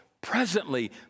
presently